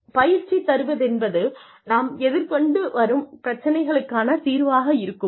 பயிற்சி தருவதென்பது நாம் எதிர்கொண்டு வரும் பிரச்சினைக்கான தீர்வாக இருக்குமா